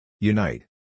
Unite